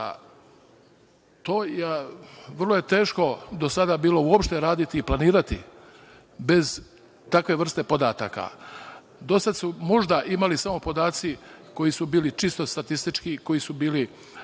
Vrlo je teško do sada bilo uopšte raditi i planirati bez takve vrste podataka. Do sada su, možda, imali samo podaci koji su bili čisto statistički, koji su bili